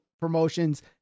promotions